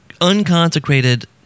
unconsecrated